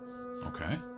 Okay